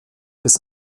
bis